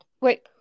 wait